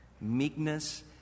Meekness